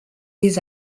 des